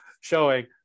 showing